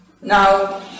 Now